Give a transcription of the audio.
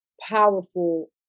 powerful